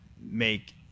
make